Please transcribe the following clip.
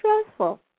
stressful